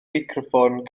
meicroffon